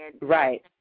Right